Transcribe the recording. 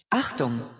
Achtung